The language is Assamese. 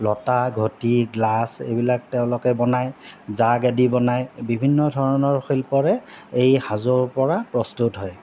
লতা ঘটি গ্লাছ এইবিলাক তেওঁলোকে বনায় জাগ আদি বনায় বিভিন্ন ধৰণৰ শিল্পৰে এই সাজৰ পৰা প্ৰস্তুত হয়